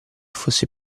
fosse